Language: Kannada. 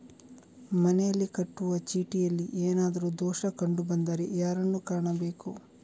ಮನೆಗೆ ಕಟ್ಟುವ ಚೀಟಿಯಲ್ಲಿ ಏನಾದ್ರು ದೋಷ ಕಂಡು ಬಂದರೆ ಯಾರನ್ನು ಕಾಣಬೇಕು?